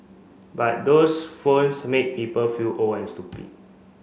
but those phones make people feel old and stupid